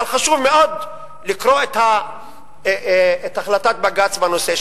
אבל חשוב מאוד לקרוא את החלטת בג"ץ בנושא,